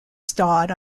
starred